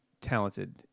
talented